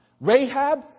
Rahab